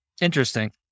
Interesting